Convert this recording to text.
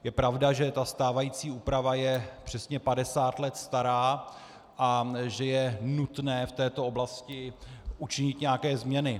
Je pravda, že stávající úprava je přesně 50 let stará a že je nutné v této oblasti učinit nějaké změny.